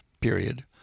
period